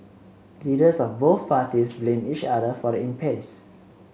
leaders of both parties blamed each other for the impasse